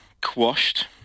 quashed